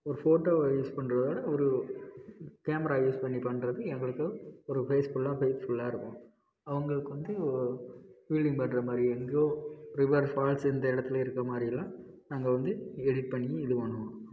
ஒரு photo use பண்ணுறதோட ஒரு கேமரா யூஸ் பண்ணி பண்ணுறது எங்களுக்கு ஒரு கிரேஸ்ஃபுல்லாக ஹெல்ப்ஃபுல்லாக இருக்கும் அவங்களுக்கு வந்து வீலிங் பண்ணுற மாதிரி எங்கேயோ ரிவர் ஃபால்ஸ் இந்த இடத்தில் இருக்கிற மாதிரிலாம் நாங்கள் வந்து எடிட் பண்ணி இது பண்ணுவோம்